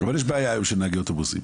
אבל יש היום בעיה של נהגי אוטובוסים,